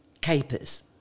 Capers